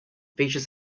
features